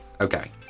Okay